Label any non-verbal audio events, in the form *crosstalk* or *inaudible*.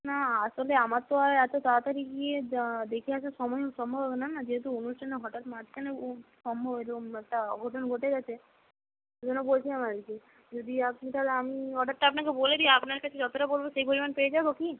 না আসলে আমার তো আর এত তাড়াতাড়ি গিয়ে দেখে আসার সময় ও সম্ভব হবে না না যেহেতু অনুষ্ঠানের হঠাৎ মাঝখানে *unintelligible* সম্ভব *unintelligible* একটা অঘটন ঘটে গেছে সেজন্য বলছিলাম আর কি যদি আপনি তাহলে আমি অর্ডারটা আপনাকে বলে দিই আপনার কাছে যতটা বলব সেই পরিমাণ পেয়ে যাব কি